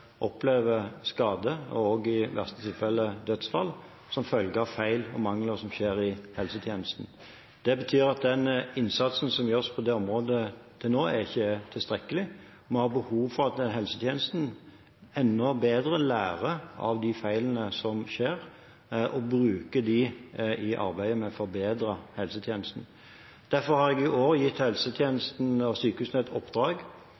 opplever skader og i verste tilfelle dødsfall som følge av feil og mangler som skjer i helsetjenesten. Det betyr at den innsatsen som har blitt gjort på det området til nå, ikke er tilstrekkelig. Vi har behov for at helsetjenesten enda bedre lærer av de feilene som skjer, og bruker dem i arbeidet med å forbedre helsetjenesten. Derfor har jeg i år gitt helsetjenesten og sykehusene i oppdrag